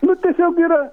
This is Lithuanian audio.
nu tiesiog yra